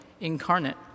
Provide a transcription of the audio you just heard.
Incarnate